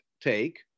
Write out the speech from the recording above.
take